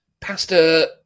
Pastor